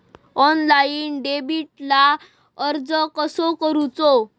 Online डेबिटला अर्ज कसो करूचो?